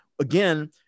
Again